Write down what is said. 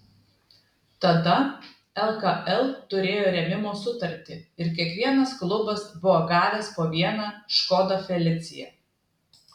tada lkl turėjo rėmimo sutartį ir kiekvienas klubas buvo gavęs po vieną škoda felicia